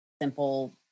simple